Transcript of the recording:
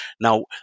Now